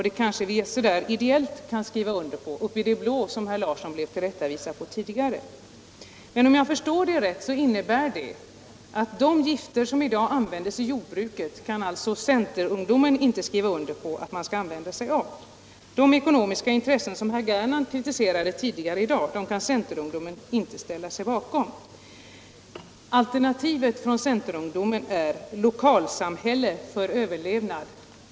Det kanske vi kan skriva under på så där ideellt uppe i det blå som herr Larsson blev tillrättavisad om tidigare. Men om jag förstår detta rätt innebär det att centerungdomen inte kan acceptera användande av de gifter som i dag utnyttjas i jordbruket. De ekonomiska intressen som herr Gernandt tidigare kritiserade kan följaktligen centerungdomen inte ställa sig bakom. Alternativet som centerungdomen redovisar lyder: Lokalsamhälle för överlevnad.